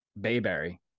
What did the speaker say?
Bayberry